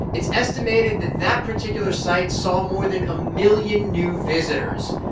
it's estimated that that particular site saw more than a million new visitors,